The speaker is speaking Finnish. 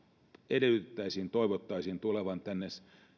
edellytettäisiin toivottaisiin tulevan tänne